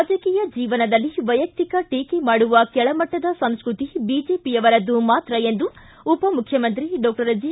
ರಾಜಕೀಯ ಜೀವನದಲ್ಲಿ ವೈಯಕ್ತಿಕ ಟೀಕೆ ಮಾಡುವ ಕೆಳಮಟ್ಟದ ಸಂಸ್ಕೃತಿ ಬಿಜೆಪಿಯವರದ್ದು ಮಾತ್ರ ಎಂದು ಉಪಮುಖ್ಖಮಂತ್ರಿ ಡಾಕ್ಟರ್ ಜಿ